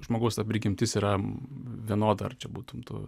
žmogaus ta prigimtis yra vienoda ar čia būtum tu